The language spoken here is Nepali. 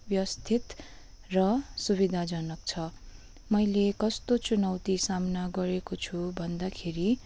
व्यस्थित र सुविधाजनक छ मैले कस्तो चुनौती सामना गरेको छु भन्दाखेरि